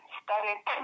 started